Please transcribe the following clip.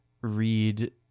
read